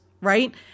right